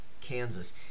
Kansas